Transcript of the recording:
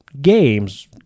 games